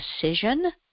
decision